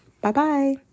bye-bye